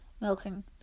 milking